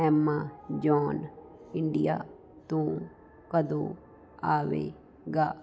Amazon India ਤੋਂ ਕਦੋਂ ਆਵੇਗਾ